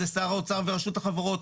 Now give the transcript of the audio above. זה שר האוצר ורשות החברות,